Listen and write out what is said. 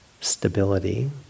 stability